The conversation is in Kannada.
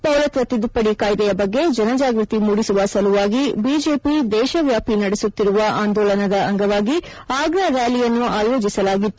ಪೌರತ್ವ ತಿದ್ದುಪದಿ ಕಾಯ್ದೆಯ ಬಗ್ಗೆ ಜನಜಾಗೃತಿ ಮೂಡಿಸುವ ಸಲುವಾಗಿ ಬಿಜೆಪಿ ದೇಶಾವ್ಯಾಪಿ ನಡೆಸುತ್ತಿರುವ ಆಂದೋಲನದ ಅಂಗವಾಗಿ ಆಗ್ರಾ ರ್್ಯಾಲಿಯನ್ನು ಆಯೋಜಿಸಲಾಗಿತ್ತು